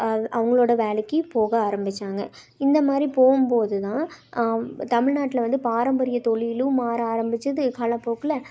அது அவங்களோட வேலைக்கு போக ஆரம்பித்தாங்க இந்தமாதிரி போகும் போதுதான் தமிழ்நாட்டில் வந்து பாரம்பரிய தொழிலும் மாற ஆரம்பித்தது காலபோக்கில்